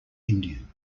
indian